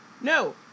No